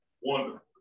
Wonderful